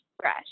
fresh